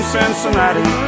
Cincinnati